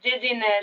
dizziness